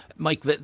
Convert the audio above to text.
Mike